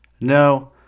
No